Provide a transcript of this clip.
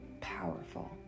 powerful